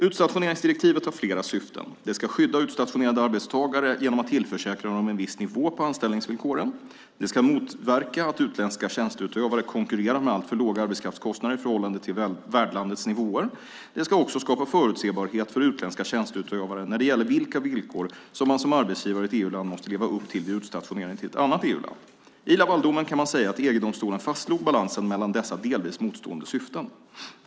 Utstationeringsdirektivet har flera syften. Det ska skydda utstationerade arbetstagare genom att tillförsäkra dem en viss nivå på anställningsvillkoren. Det ska motverka att utländska tjänsteutövare konkurrerar med alltför låga arbetskraftskostnader i förhållande till värdlandets nivåer. Det ska också skapa förutsebarhet för utländska tjänsteutövare när det gäller vilka villkor man som arbetsgivare i ett EU-land måste leva upp till vid utstationering till ett annat EU-land. I Lavaldomen kan man säga att EG-domstolen fastslog balansen mellan dessa delvis motstående syften.